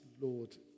Lord